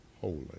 holy